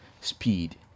speed